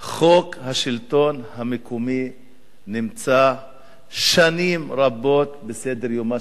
חוק השלטון המקומי נמצא שנים רבות על סדר-יומה של הכנסת.